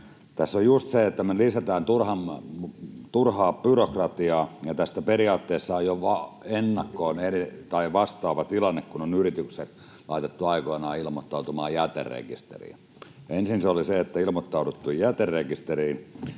Tässä on just se, että me lisätään turhaa byrokratiaa, ja tästä periaatteessa on jo ennakkoon vastaava tilanne, kun on yritykset laitettu aikoinaan ilmoittautumaan jäterekisteriin. Ensin se oli se, että ilmoittauduttiin jäterekisteriin.